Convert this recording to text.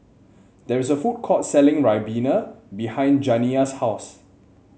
there is a food court selling ribena behind Janiyah's house